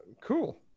Cool